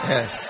Yes